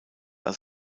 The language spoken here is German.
als